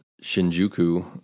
Shinjuku